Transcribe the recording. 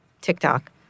TikTok